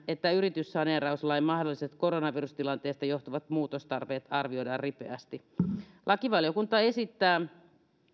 että yrityssaneerauslain mahdolliset koronavirustilanteesta johtuvat muutostarpeet arvioidaan ripeästi lakivaliokunta esittää